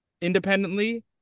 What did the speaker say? independently